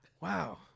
wow